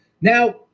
Now